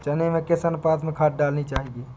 चने में किस अनुपात में खाद डालनी चाहिए?